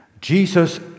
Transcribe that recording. Jesus